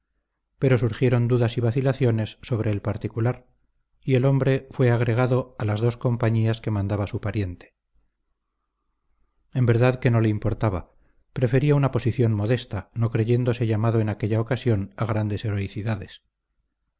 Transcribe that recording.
pero surgieron dudas y vacilaciones sobre el particular y el hombre fue agregado a las dos compañías que mandaba su pariente en verdad que no le importaba prefería una posición modesta no creyéndose llamado en aquella ocasión a grandes heroicidades